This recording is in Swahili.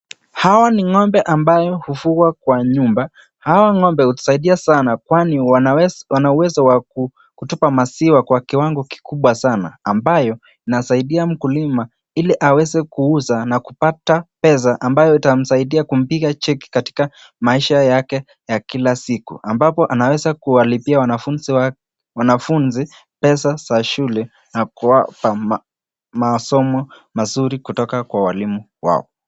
Hawa ni ng'ombe ambayo hufugwa kwa nyumba ,hawa ng'ombe hutusaidia sana kwani wana uwezo wa kutupa maziwa kwa kiwango kikubwa sana ambayo inasaidia mkulima ili aweze kuuza na kupata pesa ambayo itamsaidia kumpiga jeki katika maisha yake ya kila siku ambapo anaweza kuwalipia wanafunzi pesa za shule na kuwapa masomo mazuri kutoka kwa walimu wao.